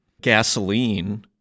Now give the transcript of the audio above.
gasoline